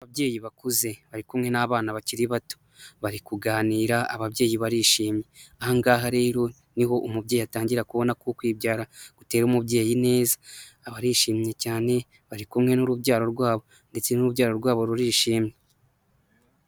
Ababyeyi bakuze bari kumwe n'abana bakiri bato bari kuganira ababyeyi barishimye ,ahangaha rero niho umubyeyi atangira kubona ko kwibyara gutera umubyeyi ineza ,aba barishimye cyane bari kumwe n'urubyaro rwabo ndetse n'urubyaro rwabo rurishimye.